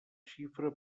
xifra